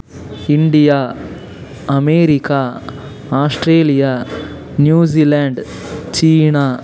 India America Australia New Zealand China